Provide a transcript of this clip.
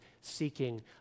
seeking